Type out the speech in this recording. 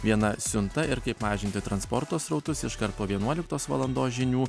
viena siunta ir kaip mažinti transporto srautus iškart po vienuoliktos valandos žinių